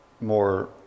more